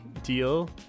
deal